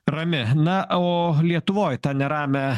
rami na o lietuvoj tą neramią